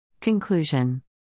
Conclusion